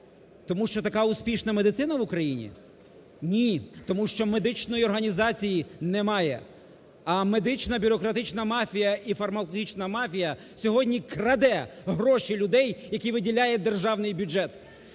Тому що така успішна медицина в Україні? Ні, тому що медичної організації немає. А медична бюрократична мафія і фармакологічна мафія сьогодні краде гроші людей, які виділяє державний бюджет.